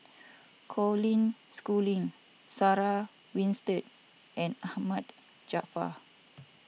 Colin Schooling Sarah Winstedt and Ahmad Jaafar